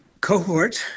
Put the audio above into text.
cohort